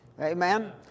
Amen